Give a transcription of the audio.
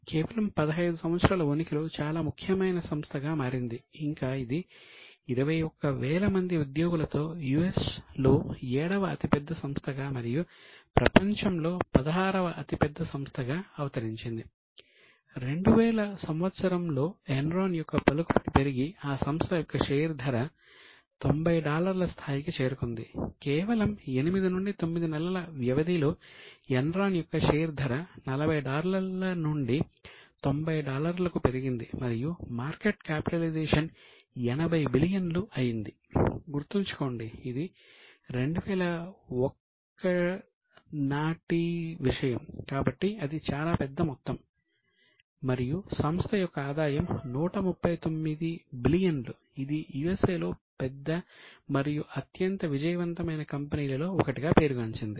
కేవలం 8 నుండి 9 నెలల వ్యవధిలో ఎన్రాన్ లో పెద్ద మరియు అత్యంత విజయవంతమైన కంపెనీలలో ఒకటిగా పేరుగాంచింది